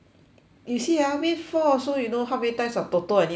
you see ah win four also you know how many times of toto I need to strike or not